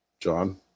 John